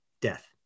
death